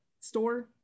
store